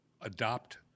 adopt